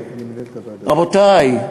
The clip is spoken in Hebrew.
רבותי,